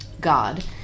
God